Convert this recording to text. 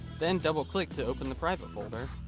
then double click to open the private folder.